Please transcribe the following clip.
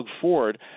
Ford